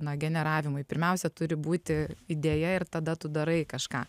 na generavimui pirmiausia turi būti idėja ir tada tu darai kažką